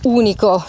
unico